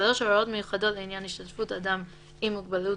הוראות מיוחדות לעניין השתתפות אדם עם מוגבלות